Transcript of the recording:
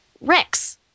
Rex